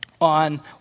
on